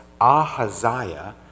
Ahaziah